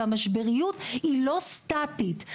והמשבריות היא לא סטטית.